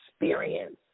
experience